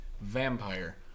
Vampire